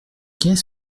qu’est